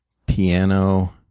piano,